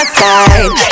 side